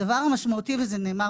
הדבר המשמעותי וזה נאמר